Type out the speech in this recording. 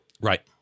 right